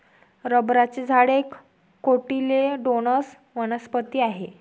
रबराचे झाड एक कोटिलेडोनस वनस्पती आहे